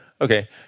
Okay